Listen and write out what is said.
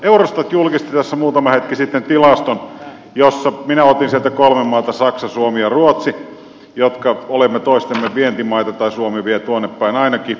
eurostat julkisti tässä muutama hetki sitten tilaston josta minä otin kolme maata saksan suomen ja ruotsin jotka olemme toistemme vientimaita tai suomi vie tuonnepäin ainakin